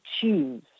choose